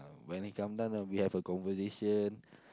when he come down then we have a conversation